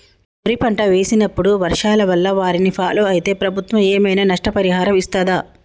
వరి పంట వేసినప్పుడు వర్షాల వల్ల వారిని ఫాలో అయితే ప్రభుత్వం ఏమైనా నష్టపరిహారం ఇస్తదా?